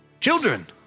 children